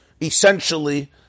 essentially